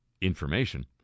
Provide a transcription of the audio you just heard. information